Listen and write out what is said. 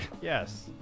Yes